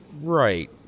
right